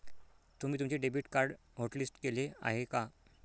तुम्ही तुमचे debit card hotlist केले आहे का?